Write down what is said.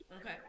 Okay